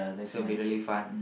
so it will be really fun